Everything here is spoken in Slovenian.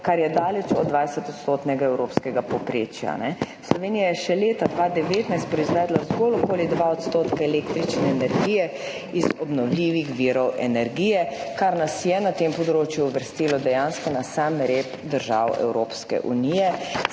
kar je daleč od 20-odstotnega evropskega povprečja. Slovenija je še leta 2019 proizvedla zgolj okoli 2 % električne energije iz obnovljivih virov energije, kar nas je na tem področju uvrstilo dejansko na sam rep držav Evropske unije.